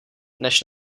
než